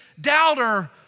doubter